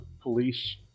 police